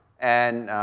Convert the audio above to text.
and